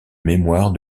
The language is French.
mémoire